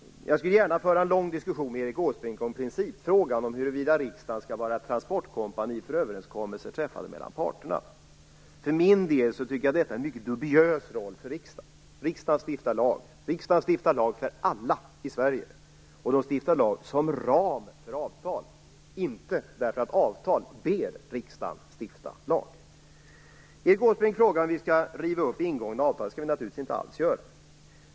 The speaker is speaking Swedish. Jag skulle gärna föra en lång diskussion med Erik Åsbrink om principfrågan, huruvida riksdagen skall vara ett transportkompani för överenskommelser träffade mellan parterna. Jag tycker att detta är en mycket dubiös roll för riksdagen. Riksdagen stiftar lag, för alla i Sverige. Riksdagen stiftar lag som ram för avtal, inte därför att avtal ber riksdagen stifta lag. Erik Åsbrink frågar om vi skall riva upp ingångna avtal. Det skall vi naturligtvis inte alls göra.